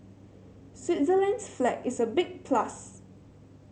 Switzerland's flag is a big plus